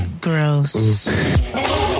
Gross